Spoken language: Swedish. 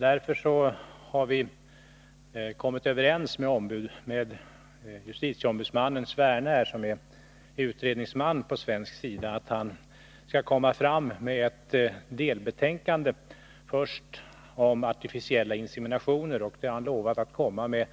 Därför har vi kommit överens med justitieombudsmannen Sverne, som är utredningsman på svensk sida, att han först skall lägga fram ett delbetänkande om artificiella inseminationer, och han har lovat komma med